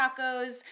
tacos